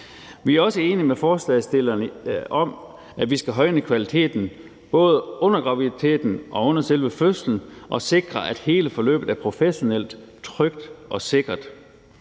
Vi er også enige med forslagsstillerne om, at vi skal højne kvaliteten, både under graviditeten og under selve fødslen, og sikre, at hele forløbet er professionelt, trygt og sikkert.